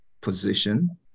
position